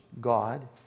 God